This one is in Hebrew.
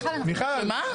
מה?